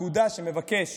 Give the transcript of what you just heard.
הפקודה שמבקש